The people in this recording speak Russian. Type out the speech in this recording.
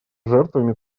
жертвами